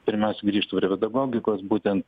pirmiausia grįžtu prie pedagogikos būtent